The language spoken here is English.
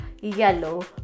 yellow